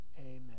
Amen